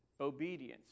obedience